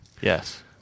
Yes